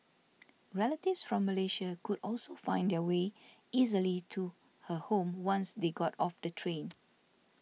relatives from Malaysia could also find their way easily to her home once they got off the train